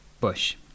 bush